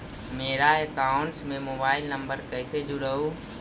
मेरा अकाउंटस में mobile number कैसे जुड़उ?